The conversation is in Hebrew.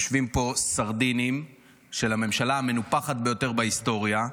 יושבים פה סרדינים של הממשלה המנופחת ביותר בהיסטוריה,